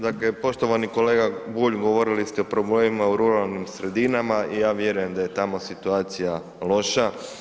Dakle, poštovani kolega Bulj govorili ste o problemima u ruralnim sredinama i ja vjerujem da je tamo situacija loša.